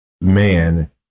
man